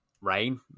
Rain